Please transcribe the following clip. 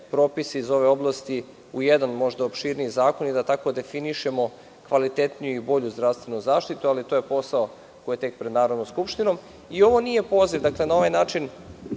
iz ove oblasti u jedan, možda opširniji zakon i da tako definišemo kvalitetniju i bolju zdravstvenu zaštitu, ali to je posao koji je tek pred Narodnom skupštinom. Ovo nije poziv, na ovaj način,